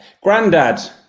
Grandad